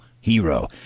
Hero